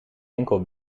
enkel